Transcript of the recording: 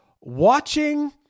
watching